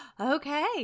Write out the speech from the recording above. Okay